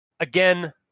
Again